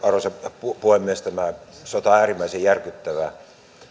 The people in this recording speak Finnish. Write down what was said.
arvoisa puhemies tämä sota on äärimmäisen järkyttävä